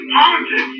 politics